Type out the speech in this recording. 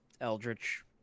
eldritch